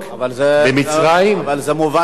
אבל זה, במצרים, אבל זה מובן מאליו.